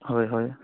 হয় হয়